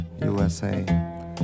USA